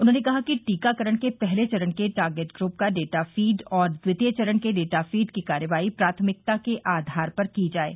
उन्होंने कहा कि टीकाकरण के पहले चरण के टॉरगेट ग्रप का डाटाफीड और द्वितीय चरण के डाटाफीड की कार्रवाई प्राथमिकता के आधार पर की जाये